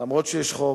אף שיש חוק.